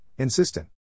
insistent